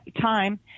time